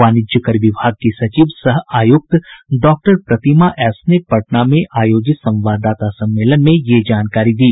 वाणिज्य कर विभाग की सचिव सह आयुक्त डॉक्टर प्रतिमा एस ने पटना में आयोजित संवाददाता सम्मेलन में यह जानकारी दी